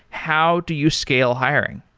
how do you scale hiring?